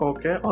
Okay